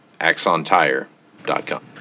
axontire.com